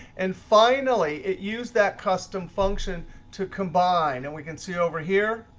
and finally, it used that custom function to combine. and we can see over here,